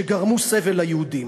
שגרמו סבל ליהודים.